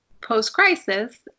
post-crisis